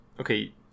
Okay